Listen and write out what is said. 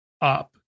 up